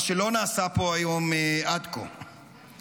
מה שלא נעשה פה עד כה היום: